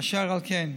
אשר על כן,